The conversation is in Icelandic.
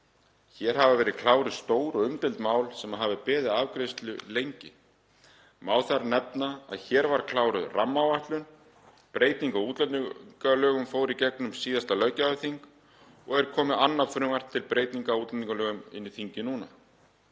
Hér hafa verið kláruð stór og umdeild mál sem hafa beðið afgreiðslu lengi. Má þar nefna að hér var kláruð rammaáætlun, breyting á útlendingalögum fór í gegn á síðasta löggjafarþingi og er komið annað frumvarp til breytinga á útlendingalögum inn í þingið núna.